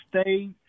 State